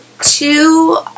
Two